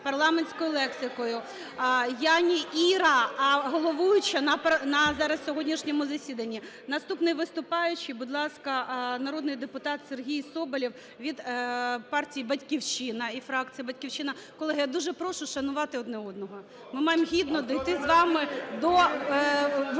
парламентською лексикою. (Шум в залі) Я не Іра, а головуюча зараз на сьогоднішньому засіданні. Наступний виступаючий, будь ласка, народний депутат Сергій Соболєв від партії "Батьківщина" і фракції "Батьківщина". Колеги, я дуже прошу шанувати один одного. Ми маємо гідно дійти з вами до виборів.